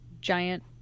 giant